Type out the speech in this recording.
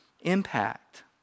impact